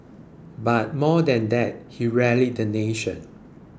but more than that he rallied the nation